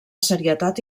serietat